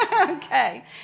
Okay